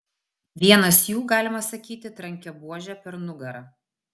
vienas jų galima sakyti trankė buože per nugarą